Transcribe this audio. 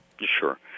Sure